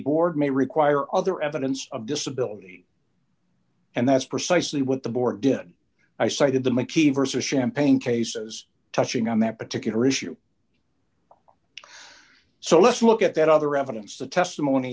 board may require other evidence of disability and that's precisely what the board did i cited the maccie vs champagne cases touching on that particular issue so let's look at that other evidence the testimony